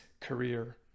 career